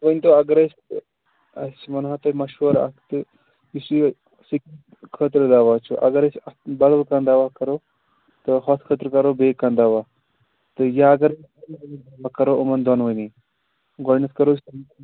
تُہۍ ؤنۍتَو اگر أسۍ أسۍ ونہاو تۄہہِ مشورٕ اکھ تہِ یُس یہِ سِکیب خأطرٕ دوا چھُ اگر أسۍ اَتھ بدل کانٛہہ دوا کرو تہٕ ہُتھ خأطرٕ کرو بیٚیہِ کانٛہہ دوا تہٕ یا اگر کرو یِمن دۅنوٕنی گۄڈنیٚتھ کرہوس